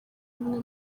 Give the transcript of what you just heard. umwe